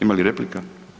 Ima li replika.